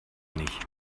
nicht